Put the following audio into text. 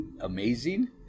amazing